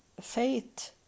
faith